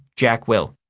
jack will